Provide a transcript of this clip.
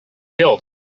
killed